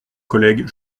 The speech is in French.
collègue